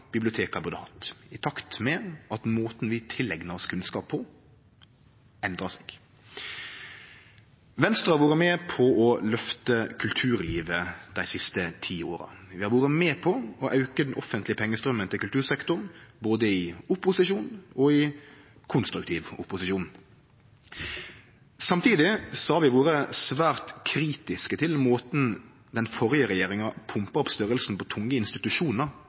burde hatt, i takt med at måten vi tileignar oss kunnskap på, endrar seg. Venstre har vore med på å løfte kulturlivet dei siste ti åra. Vi har vore med på å auke den offentlege pengestraumen til kultursektoren, både i opposisjon og i konstruktiv opposisjon. Samtidig har vi vore svært kritiske til måten den førre regjeringa pumpa opp størrelsen på tunge institusjonar